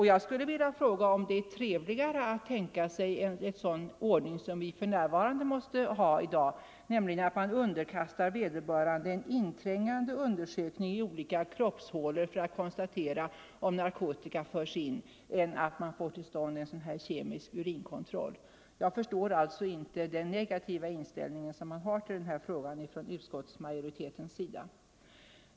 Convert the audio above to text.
Jag skulle vilja fråga om en sådan ordning 33 som vi för närvarande måste ha, nämligen att man underkastar vederbörande en inträngande undersökning av olika kroppshålor för att konstatera om narkotika förts in, är trevligare än en kemisk urinkontroll? Jag förstår alltså inte den negativa inställning som utskottsmajoriteten har till den här frågan.